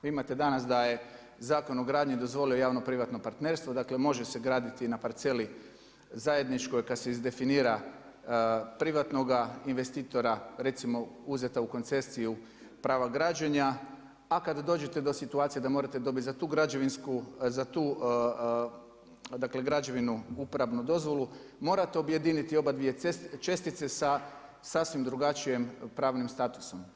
Vi imate danas da je Zakon o gradnji dozvolio javno privatno partnerstvo, dakle može se graditi i na parceli zajedničkoj kada se izdefinira privatnoga investitora recimo uzeta u koncesiju prava građenja, a kada dođete do situacije da morate dobiti za tu građevinu uporabnu dozvolu morate objediniti obadvije čestice sa sasvim drugačijem pravnim statusom.